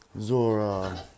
Zora